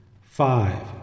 Five